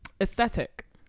aesthetic